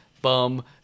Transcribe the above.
Bum